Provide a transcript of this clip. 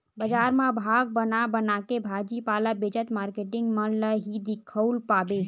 बजार म भाग बना बनाके भाजी पाला बेचत मारकेटिंग मन ल ही दिखउल पाबे